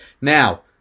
Now